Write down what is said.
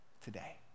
today